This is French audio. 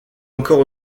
encore